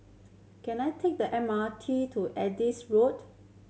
can I take the M R T to Adis Road